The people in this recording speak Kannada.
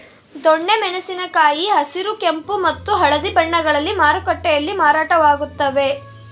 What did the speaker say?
ದೊಣ್ಣೆ ಮೆಣಸಿನ ಕಾಯಿ ಹಸಿರು ಕೆಂಪು ಮತ್ತು ಹಳದಿ ಬಣ್ಣಗಳಲ್ಲಿ ಮಾರುಕಟ್ಟೆಯಲ್ಲಿ ಮಾರಾಟವಾಗುತ್ತವೆ